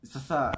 Sasa